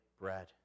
bread